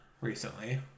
recently